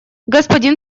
господин